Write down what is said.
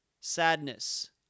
Sadness